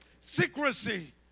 secrecy